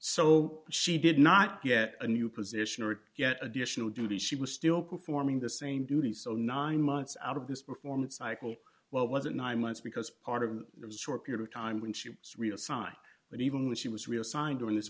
so she did not get a new position or yet additional duties she was still performing the same duties so nine months out of this performance cycle what was it nine months because part of it was short period of time when she was reassigned but even when she was reassigned during this